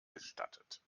gestattet